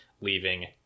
leaving